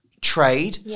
trade